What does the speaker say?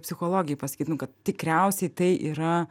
psichologei pasakytum kad tikriausiai tai yra